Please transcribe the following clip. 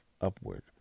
upward